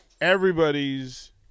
everybody's